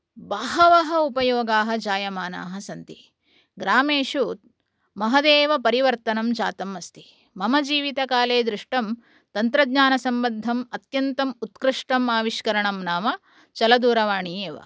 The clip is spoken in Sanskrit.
बहवः उपयोगाः जायमानाः सन्ति ग्रामेषु महदेव परिवर्तनं जातम् अस्ति मम जीवितकाले दृष्टं तन्त्रज्ञानसम्बद्धम् अत्यन्तम् उत्कृष्टम् आविष्करणं नाम चलदूरवाणी एव